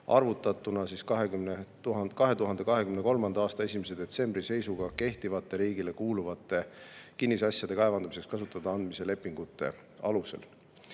arvutatuna 2023. aasta 1. detsembri seisuga kehtivate riigile kuuluvate kinnisasjade kaevandamiseks kasutada andmise lepingute alusel. Lisaks,